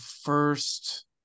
first